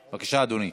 בבקשה, אדוני.